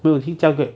去驾 grab